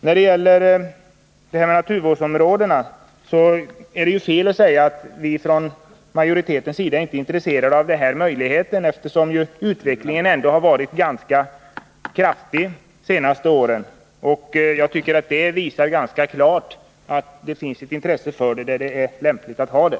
När det gäller naturvårdsområdena är det fel att säga att vi från majoritetens sida inte är intresserade av den möjlighet som anvisats, eftersom utvecklingen ändå har varit ganska kraftig under de senaste åren. Jag tycker att det ganska klart visar att det finns ett intresse för detta, där det är lämpligt att ha det.